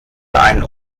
ein